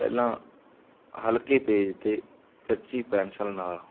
ਪਹਿਲਾਂ ਹਲਕੇ ਪੇਜ 'ਤੇ ਕੱਚੀ ਪੈਨਸ਼ਲ ਨਾਲ